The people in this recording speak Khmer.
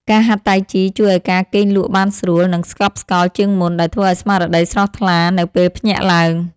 ការហាត់តៃជីជួយឱ្យការគេងលក់បានស្រួល និងស្កប់ស្កល់ជាងមុន ដែលធ្វើឱ្យស្មារតីស្រស់ថ្លានៅពេលភ្ញាក់ឡើង។